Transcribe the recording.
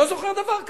לא זוכר דבר כזה.